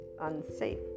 unsafe